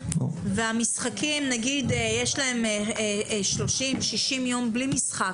ויש להם 30 - 60 יום ללא משחק,